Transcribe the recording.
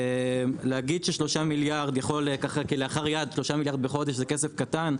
לומר ש-3 מיליארד בחודש זה כסף קטן,